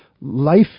life